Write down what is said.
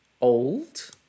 old